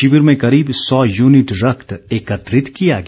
शिविर में करीब सौ यूनिट रक्त एकत्रित किया गया